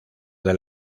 del